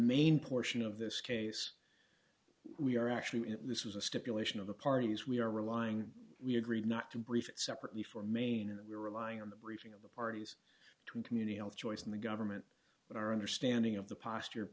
main portion of this case we are actually in this was a stipulation of the parties we are relying we agreed not to brief it separately for main and we're relying on the briefing of the parties to community health choice in the government but our understanding of the post